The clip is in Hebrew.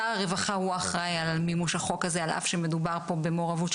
שר הרווחה הוא האחראי על מימוש החוק הזה על אף שמדובר פה במעורבות של